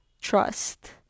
trust